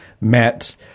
met